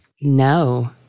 No